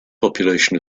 population